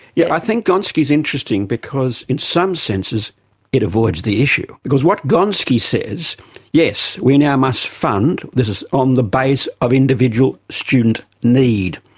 yeah i think gonski's interesting, because in some senses it avoids the issue. because what gonski says yes, we now must fund, this is on the base of individual student need,